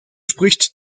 spricht